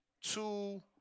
two